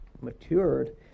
matured